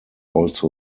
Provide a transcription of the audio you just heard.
also